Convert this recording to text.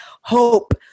hope